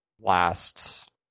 last